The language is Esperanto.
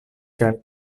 kaj